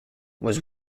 was